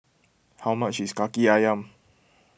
how much is Kaki Ayam